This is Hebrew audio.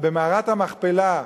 למערת המכפלה,